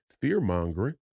fear-mongering